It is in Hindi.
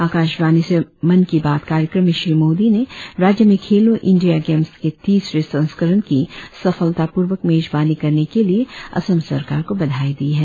आकाशवाणी से मन की बात कार्यक्रम में श्री मोदी ने राज्य में खेलों इंडिया गेम्स के तीसरे संस्करण की सफलतापूर्वक मेजबानी करने के लिए असम सरकार को बधाई दी है